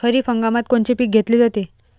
खरिप हंगामात कोनचे पिकं घेतले जाते?